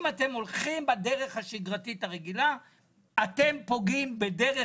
אם אתם הולכים בדרך השגרתית הרגילה אתם פוגעים דרך